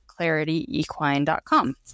clarityequine.com